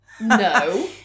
No